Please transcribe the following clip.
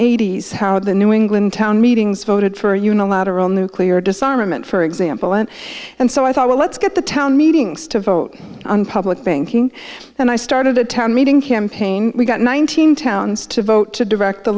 eighty's how the new england town meetings voted for unilateral nuclear disarmament for example and and so i thought well let's get the town meetings to vote on public thinking and i started a town meeting campaign we got nineteen towns to vote to direct the